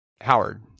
howard